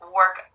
work